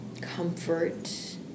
comfort